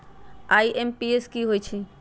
IMPS की होईछइ?